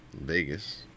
Vegas